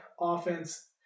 offense